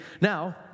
Now